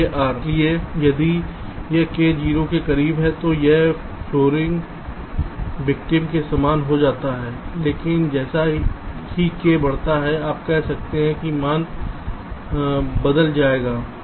इसलिए यदि यह k 0 के करीब है तो यह फ्लोटिंग विक्टिम के समान हो जाता है लेकिन जैसे ही k बढ़ता है आप कह सकते हैं कि मान बदल जाएगा